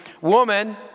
woman